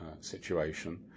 situation